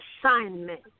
assignment